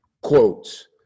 Quotes